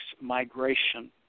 migration